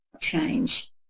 change